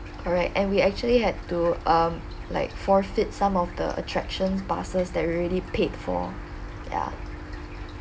correct and we actually had to um like forfeit some of the attractions passes that we already paid for ya